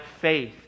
faith